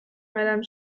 madame